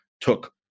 took